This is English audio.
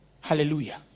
Hallelujah